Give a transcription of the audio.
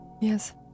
Yes